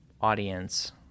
audience